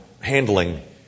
handling